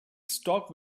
stock